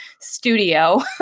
studio